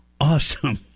awesome